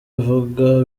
abivuga